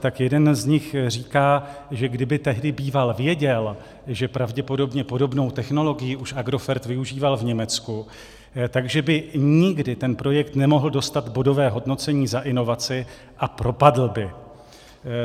Tak jeden z nich říká, že kdyby tehdy býval věděl, že pravděpodobně podobnou technologii už Agrofert využíval v Německu, tak by nikdy ten projekt nemohl dostat bodové hodnocení za inovaci a propadl by.